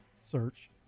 search